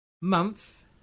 month